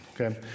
Okay